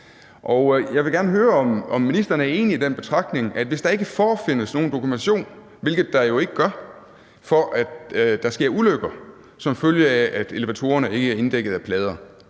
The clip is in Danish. Jeg vil gerne høre, om ministeren er enig i den betragtning, at hvis der ikke forefindes nogen dokumentation, hvilket der jo ikke gør, for, at der sker ulykker, som følge af at elevatorerne ikke er inddækket med plader,